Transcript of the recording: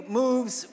moves